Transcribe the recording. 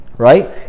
Right